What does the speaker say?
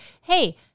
hey